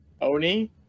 Oni